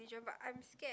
but I'm scared